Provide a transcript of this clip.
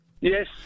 Yes